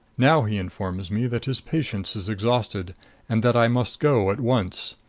now he informs me that his patience is exhausted and that i must go at once.